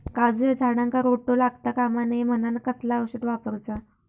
काजूच्या झाडांका रोटो लागता कमा नये म्हनान कसला औषध वापरूचा?